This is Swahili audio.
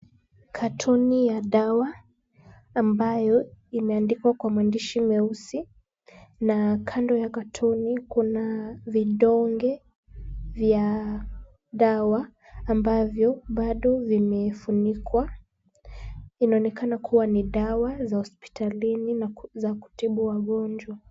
Katoni ya dawa ambayo imeandikwa kwa maandishi meusi na kando ya katoni kuna vidonge vya dawa, ambavyo bado vimefunikwa. Inaonekana kuwa ni dawa za hospitalini za kutibu wagonjwa.